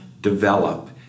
develop